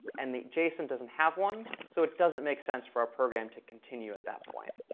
and the json doesn't have one, so it doesn't make sense for our program to continue at that point.